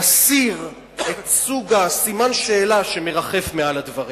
נסיר את סוג סימן השאלה שמרחף מעל הדברים.